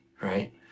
Right